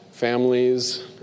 families